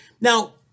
now